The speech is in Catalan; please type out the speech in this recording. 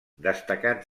destacat